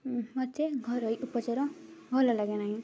ମତେ ଘରୋଇ ଉପଚାର ଭଲ ଲାଗେ ନାହିଁ